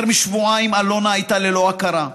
יותר משבועיים אלונה הייתה ללא הכרה.